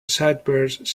childbirths